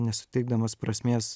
nesuteikdamas prasmės